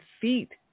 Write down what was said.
feet